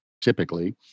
typically